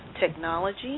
technology